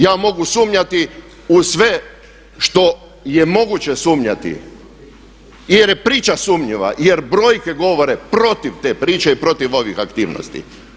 Ja mogu sumnjati u sve što je moguće sumnjati jer je priča sumnjiva, jer brojke govore protiv te priče i protiv ovih aktivnosti.